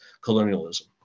colonialism